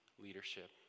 leadership